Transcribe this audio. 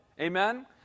amen